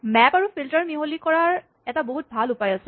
map আৰু filter মিহলি কৰাৰ এটা বহুত ভাল উপায় আছে